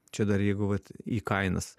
čia dar jeigu vat į kainas